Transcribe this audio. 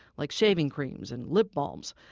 like shaving creams and lip balms.